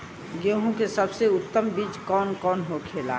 गेहूँ की सबसे उत्तम बीज कौन होखेला?